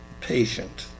patient